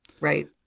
Right